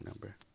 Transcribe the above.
number